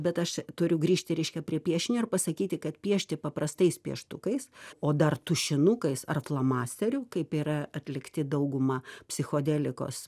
bet aš turiu grįžti į reiškia prie piešinio ir pasakyti kad piešti paprastais pieštukais o dar tušinukais ar flomasteriu kaip yra atlikti dauguma psichodelikos